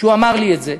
והוא אמר לי את זה,